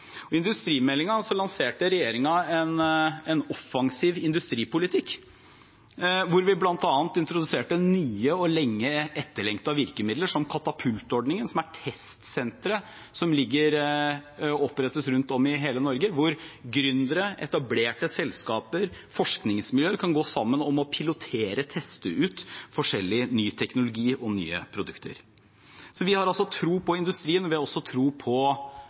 lanserte regjeringen en offensiv industripolitikk der vi bl.a. introduserte nye og lenge etterlengtede virkemidler som katapultordningen. Det er testsentre som opprettes rundt om i hele Norge, der gründere, etablerte selskaper og forskningsmiljøer kan gå sammen om å pilotere og teste ut forskjellig ny teknologi og nye produkter. Vi har altså tro på industrien. Vi har også tro på